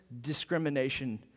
discrimination